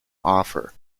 offer